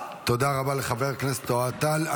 תודה רבה לחבר הכנסת אוהד טל.